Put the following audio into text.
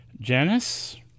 Janice